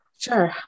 Sure